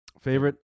Favorite